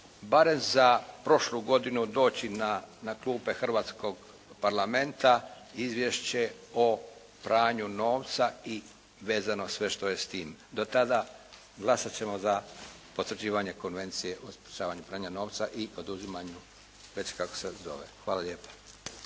barem za prošlu godinu doći na klupe hrvatskog Parlamenta, izvješće o pranju novca i vezano sve što je s tim, do tada glasati ćemo za potvrđivanje Konvencije o sprječavanju pranja novca i oduzimanju već kako se sada zove. Hvala lijepa.